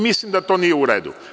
Mislim da to nije u redu.